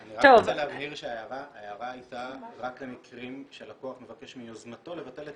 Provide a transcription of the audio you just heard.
אני רק רוצה להבהיר שההערה היתה רק למקרים שהלקוח מבקש מיוזמתו לבטל את